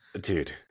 dude